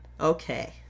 Okay